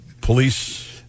police